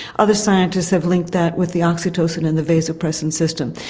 other scientists have linked that with the oxytocin in the vasopressin system.